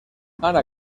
ana